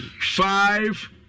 five